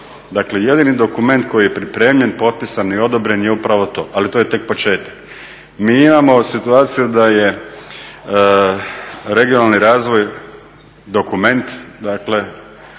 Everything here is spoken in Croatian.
dakle jedini dokument koji je pripremljen, potpisan i odobren je upravo to ali to je tek početak. Mi imamo situaciju da je regionalni razvoj dokument,